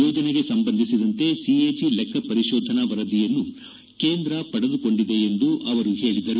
ಯೋಜನೆಗೆ ಸಂಬಂಧಿಸಿದಂತೆ ಸಿಎಜಿ ಲೆಕ್ಕ ಪರಿಶೋಧನಾ ವರದಿಯನ್ನು ಕೇಂದ್ರ ಪಡೆದುಕೊಂಡಿದೆ ಎಂದು ಅವರು ಹೇಳಿದರು